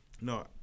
No